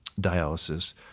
dialysis